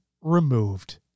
removed